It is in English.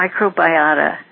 microbiota